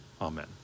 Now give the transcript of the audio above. Amen